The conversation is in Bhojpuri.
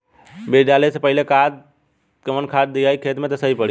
बीज डाले से पहिले कवन खाद्य दियायी खेत में त सही पड़ी?